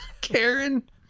Karen